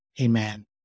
amen